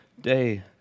day